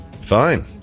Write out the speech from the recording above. Fine